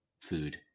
food